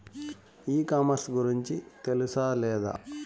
ఈ కామర్స్ గురించి తెలుసా లేదా?